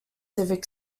civic